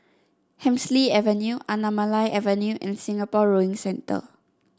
Hemsley Avenue Anamalai Avenue and Singapore Rowing Centre